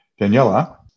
Daniela